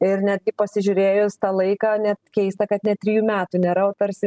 ir netgi pasižiūrėjus tą laiką net keista kad net trijų metų nėra o tarsi